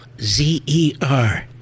Z-E-R